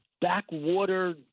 backwater